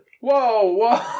Whoa